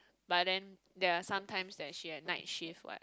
but then there are sometimes that she had night shift what